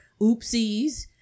oopsies